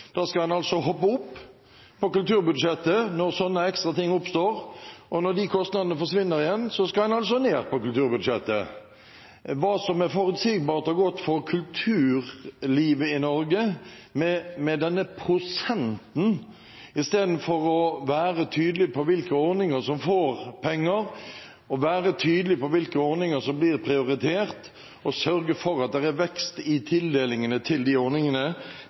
en altså opp på kulturbudsjettet når sånne ekstra ting oppstår, og når de kostnadene forsvinner igjen, skal en ned på kulturbudsjettet. At det er forutsigbart og godt for kulturlivet i Norge med denne prosenten – istedenfor å være tydelig på hvilke ordninger som får penger, være tydelig på hvilke ordninger som blir prioritert, og sørge for at det er vekst i tildelingene til de ordningene